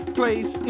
place